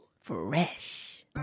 Fresh